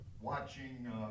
watching